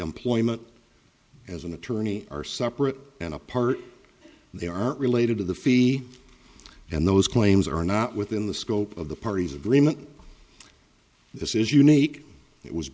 employment as an attorney are separate and apart they aren't related to the fee and those claims are not within the scope of the parties agreement this is unique it was